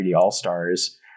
All-Stars